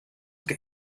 qué